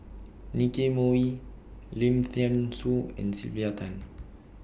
Nicky Moey Lim Thean Soo and Sylvia Tan